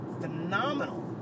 phenomenal